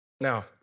Now